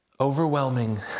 overwhelming